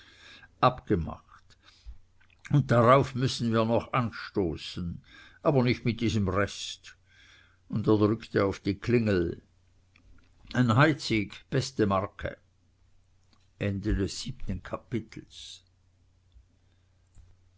abgemacht und darauf müssen wir noch anstoßen aber nicht mit diesem rest und er drückte auf die klingel ein heidsieck beste marke achtes kapitel